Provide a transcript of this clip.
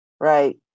right